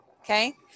Okay